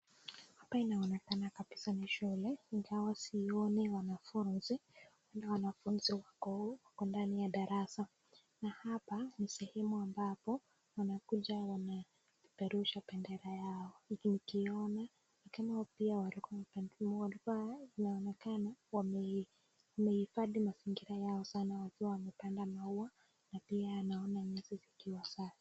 Hapa inaonekana kabisa ni shule ingawa sioni wanafunzi huenda wanafunzi wako ndani ya darasa na hapa ni sehemu ambapo wanakuja wanapeperusha pendera yao huku ukiona lakini pia walikuwa inaonekana wamehifadhi mazingira yao sana wakiwa wamepanda maua na pia naona miti zikiwa safi